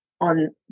on